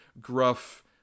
gruff